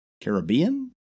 Caribbean